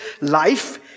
life